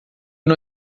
não